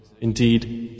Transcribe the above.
Indeed